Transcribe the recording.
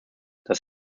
das